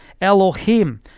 Elohim